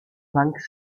banks